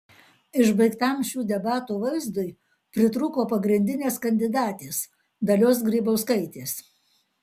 išbaigtam šių debatų vaizdui pritrūko pagrindinės kandidatės dalios grybauskaitės